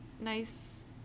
nice